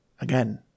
again